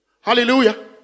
Hallelujah